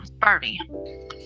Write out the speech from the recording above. Bernie